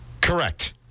Correct